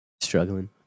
struggling